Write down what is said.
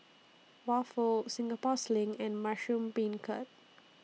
Waffle Singapore Sling and Mushroom Beancurd